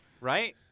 Right